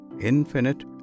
infinite